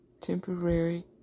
temporary